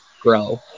grow